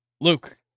Luke